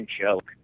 joke